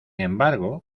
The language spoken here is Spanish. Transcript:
embargo